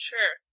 Sure